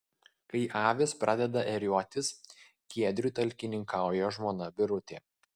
kai avys pradeda ėriuotis giedriui talkininkauja žmona birutė